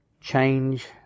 change